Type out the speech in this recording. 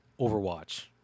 Overwatch